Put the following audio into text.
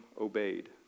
obeyed